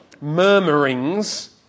murmurings